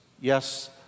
Yes